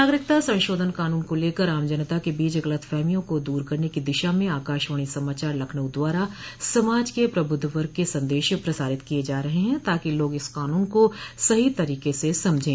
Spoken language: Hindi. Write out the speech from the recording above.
नागरिकता संशोधन कानून को लेकर आम जनता के बीच गलतफहमियों को दूर करने की दिशा में आकाशवाणी समाचार लखनऊ द्वारा समाज के प्रबुद्ध वर्ग के सन्देश प्रसारित किये जा रहे हैं ताकि लोग इस कानून को सही तरीके से समझें